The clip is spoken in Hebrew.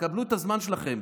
תקבלו את הזמן שלכם.